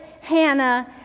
Hannah